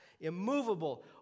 immovable